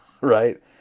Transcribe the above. Right